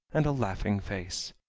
and a laughing face.